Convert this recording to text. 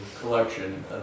collection